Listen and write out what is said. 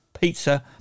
pizza